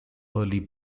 early